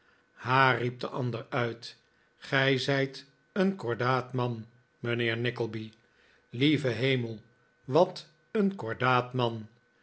ha riep de ander uit gij zijt een kordaat man mijnheer nickleby lieve hemel wat een kordaat man